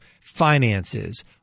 finances